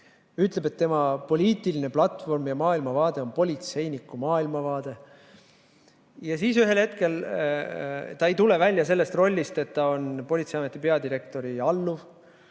ütleb, et tema poliitiline platvorm ja maailmavaade on politseiniku maailmavaade. Ta ei tule välja sellest rollist, et ta on politseiameti peadirektori alluv,